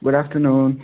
good afternoon